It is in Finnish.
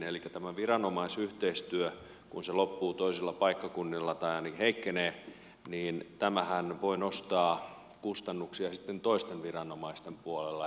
kun tämä viranomaisyhteistyö loppuu toisilla paikkakunnilla tai ainakin heikkenee niin tämähän voi nostaa kustannuksia toisten viranomaisten puolella